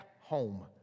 home